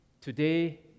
today